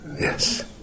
yes